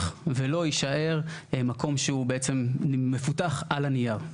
ולא יישאר מקום שהוא בעצם מפותח על הנייר.